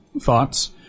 thoughts